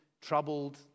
troubled